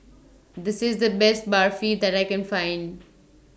This IS The Best Barfi that I Can Find